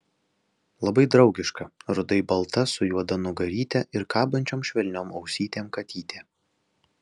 labai draugiška rudai balta su juoda nugaryte ir kabančiom švelniom ausytėm katytė